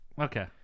Okay